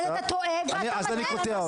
אז אתה טועה ואתה מטעה.